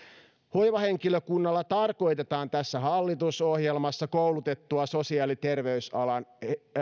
hoivahenkilökunnalla tarkoitetaan tässä hallitusohjelmassa koulutettua sosiaali ja terveysalan